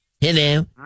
Hello